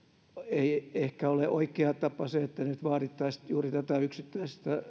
ei ehkä ole oikea tapa se että nyt vaadittaisiin juuri tätä yksittäistä